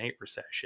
recession